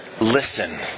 listen